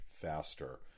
faster